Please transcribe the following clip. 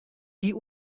die